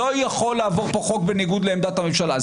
לא יכול לעבור פה חוק בניגוד לעמדת הממשלה,